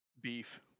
Beef